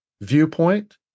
viewpoint